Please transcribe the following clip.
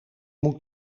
moet